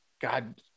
god